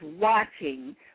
watching